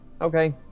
Okay